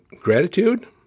gratitude